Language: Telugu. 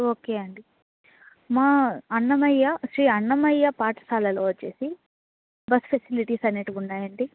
ఓకే అండి మా అన్నమయ్య శ్రీ అన్నమయ్య పాఠశాలలో వచ్చేసి బస్ ఫెసిలిటీస్ అనేటివి ఉన్నాయండి